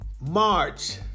March